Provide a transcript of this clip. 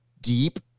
deep